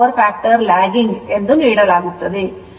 8 power factor lagging ಎಂದು ನೀಡಲಾಗುತ್ತದೆ